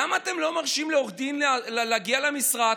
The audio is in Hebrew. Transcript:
למה אתם לא מרשים לעורך דין להגיע למשרד